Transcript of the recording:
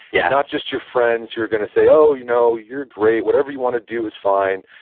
yeah not just your friends who are going to say, oh, you know you're great. whatever you want to do is fine.